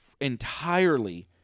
entirely